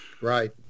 Right